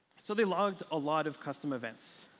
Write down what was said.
so they logged a lot of custom events.